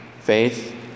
faith